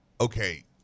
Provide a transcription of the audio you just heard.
okay